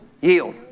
Yield